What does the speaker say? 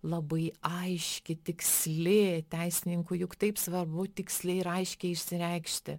labai aiški tiksli teisininkui juk taip svarbu tiksliai ir aiškiai išsireikšti